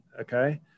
okay